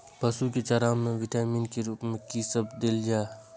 पशु के चारा में विटामिन के रूप में कि सब देल जा?